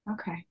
Okay